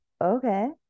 okay